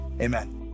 amen